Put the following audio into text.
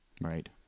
Right